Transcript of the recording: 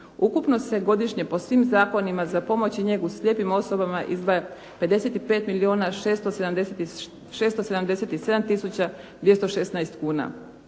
Ukupno se godišnje po svim zakonima za pomoć i njegu slijepim osobama izdvaja 55 milijuna